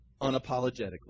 unapologetically